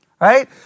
Right